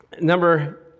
number